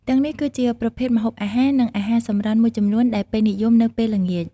ទាំងនេះគឺជាប្រភេទម្ហូបអាហារ និងអាហារសម្រន់មួយចំនួនដែលពេញនិយមនៅពេលល្ងាច ។